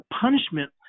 punishment